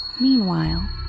Meanwhile